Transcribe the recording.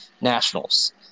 Nationals